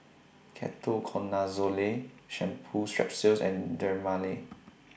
Ketoconazole Shampoo Strepsils and Dermale